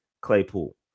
Claypool